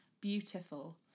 Beautiful